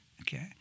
Okay